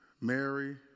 Mary